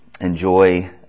enjoy